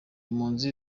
mpunzi